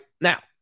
now